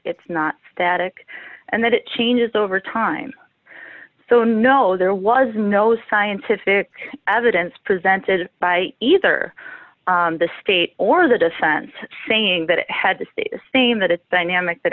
it's not static and that it changes over time so no there was no scientific evidence presented by either the state or the defense saying that it had to stay the same that it's been namak that